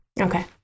okay